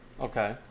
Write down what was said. Okay